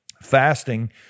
fasting